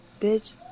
bitch